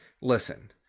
listen